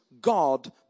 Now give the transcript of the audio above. God